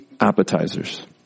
appetizers